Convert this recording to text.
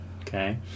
okay